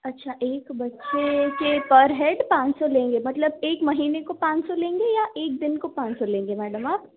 अच्छा एक बच्चे के पर हेड पाँच सौ लेंगी मतलब एक महीने को पाँच सौ लेंगी या एक दिन को पाँच सौ लेंगी मैडम आप